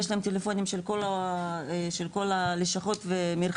יש להם טלפונים של כל הלשכות ומרחבים,